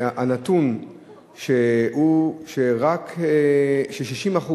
הנתון הוא ש-60%,